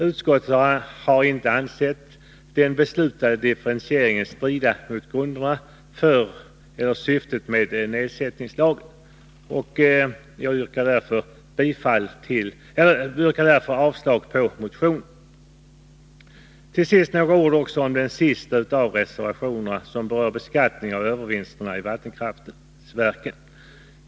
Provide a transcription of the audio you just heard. Utskottet har inte ansett den beslutade differentieringen strida mot grunderna för eller syftet med nedsättningslagen. Jag yrkar därför avslag på motionen. Till sist några ord om den sista av reservationerna, som berör beskattning av övervinster i vattenkraftverk.